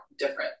different